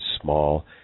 small